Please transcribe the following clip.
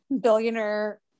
billionaire